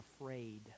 afraid